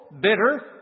bitter